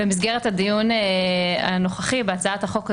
אבל במסגרת הדיון הנוכחי בהצעת החוק הזו,